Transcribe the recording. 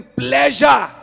pleasure